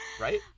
Right